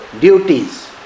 duties